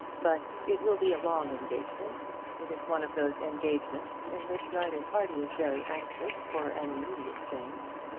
but it will be a long engagement. it is one of those engagements in which neither party is very anxious for an immediate change.